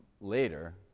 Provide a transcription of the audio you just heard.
later